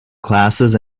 classes